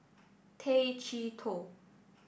Tay Chee Toh